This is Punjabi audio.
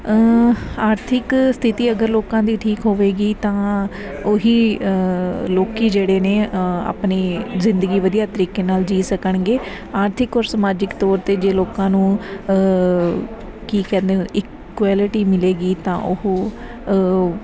ਆਰਥਿਕ ਸਥਿਤੀ ਅਗਰ ਲੋਕਾਂ ਦੀ ਠੀਕ ਹੋਵੇਗੀ ਤਾਂ ਉਹੀ ਲੋਕੀ ਜਿਹੜੇ ਨੇ ਆਪਣੀ ਜ਼ਿੰਦਗੀ ਵਧੀਆ ਤਰੀਕੇ ਨਾਲ ਜੀ ਸਕਣਗੇ ਆਰਥਿਕ ਔਰ ਸਮਾਜਿਕ ਤੌਰ 'ਤੇ ਜੇ ਲੋਕਾਂ ਨੂੰ ਕੀ ਕਹਿੰਦੇ ਇਕੁਐਲਟੀ ਮਿਲੇਗੀ ਤਾਂ ਉਹ